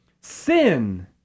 sin